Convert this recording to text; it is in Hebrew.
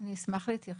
אני אשמח להתייחס.